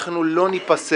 אנחנו לא ניפסל